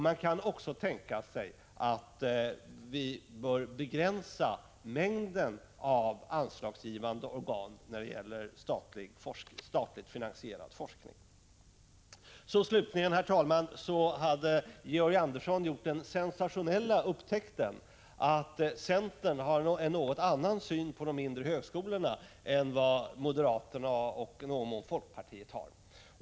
Man kan också tänka sig att vi bör begränsa mängden av anslagsgivande organ när det gäller statligt finansierad forskning. Slutligen, herr talman, hade Georg Andersson gjort den sensationella upptäckten att centern har en något annorlunda syn på de mindre högskolorna än vad moderaterna och i någon mån folkpartiet har.